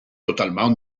totalement